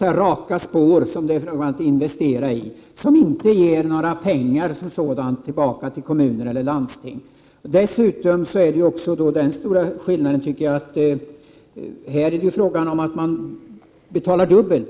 ”raka spår” som det gäller att investera i och som inte ger några pengar tillbaka till kommuner och landsting. Dessutom är det den stora skillnaden att det här är fråga om att betala dubbelt.